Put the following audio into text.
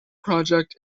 project